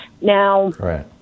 Now